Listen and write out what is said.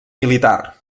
militar